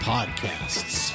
Podcasts